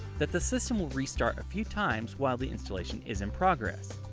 that the system will restart a few times while the installation is in progress.